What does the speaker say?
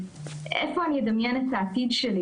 איפה אני מדמיין את העתיד שלי,